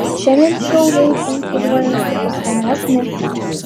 šiandien šiauliai konkuruoja su utenos mėsa